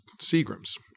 Seagram's